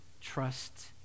trust